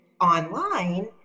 online